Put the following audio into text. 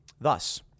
Thus